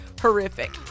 horrific